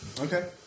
Okay